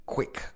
Quick